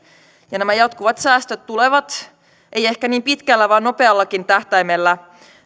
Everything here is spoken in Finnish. nämä jatkuvat säästöt tulevat eivät ehkä niin pitkällä vaan nopeallakin tähtäimellä